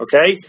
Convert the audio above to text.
okay